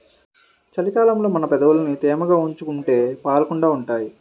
చలి కాలంలో మన పెదవులని తేమగా ఉంచుకుంటే పగలకుండా ఉంటాయ్